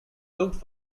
looked